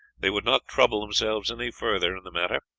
they would not trouble themselves any further in the matter.